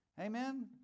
Amen